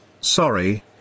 Sorry